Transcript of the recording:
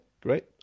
great